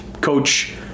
coach